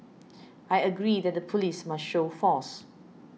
I agree that the police must show force